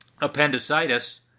appendicitis